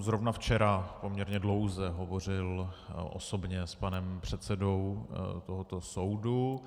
Zrovna včera jsem poměrně dlouze hovořil osobně s panem předsedou tohoto soudu.